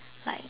like